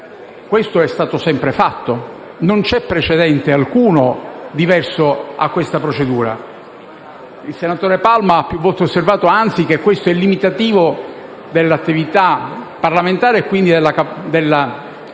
Questo è stato sempre fatto: non c'è precedente alcuno diverso da questa procedura. Il senatore Palma ha più volte osservato, anzi, che questo è limitativo dell'attività parlamentare e quindi, nel suffragare